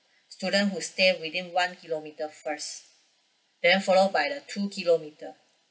student who stay within one kilometer first then follow by the two kilometer